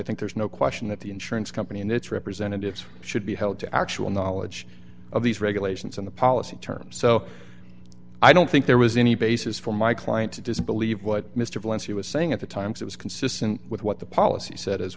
think there's no question that the insurance company and its representatives should be held to actual knowledge of these regulations and the policy terms so i don't think there was any basis for my client to disbelieve what mr valencia was saying at the time it was consistent with what the policy said as